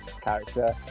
character